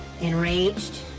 enraged